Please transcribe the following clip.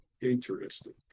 Interesting